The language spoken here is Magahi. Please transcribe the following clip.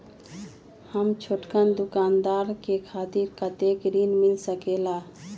हम छोटकन दुकानदार के खातीर कतेक ऋण मिल सकेला?